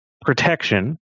protection